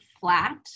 flat